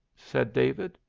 said david.